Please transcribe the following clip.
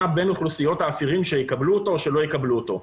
בין אוכלוסיות האסירים שיקבלו אותו או שלא יקבלו אותו.